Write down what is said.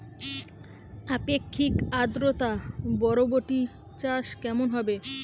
আপেক্ষিক আদ্রতা বরবটি চাষ কেমন হবে?